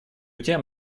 тем